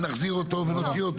ונחזיר אותו ונוציא אותו,